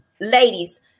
ladies